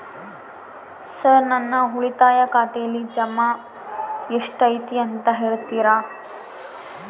Sir ನನ್ನ ಉಳಿತಾಯ ಖಾತೆಯಲ್ಲಿ ಜಮಾ ಎಷ್ಟು ಐತಿ ಅಂತ ಹೇಳ್ತೇರಾ?